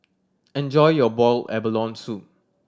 enjoy your boiled abalone soup